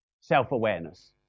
Self-awareness